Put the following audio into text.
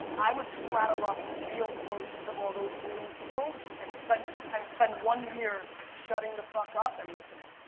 i would straddle up real close to all those wooing people and so but and spend one year shutting the fuck up and listening.